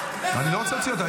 אני לא רוצה להוציא אותה.